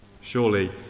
Surely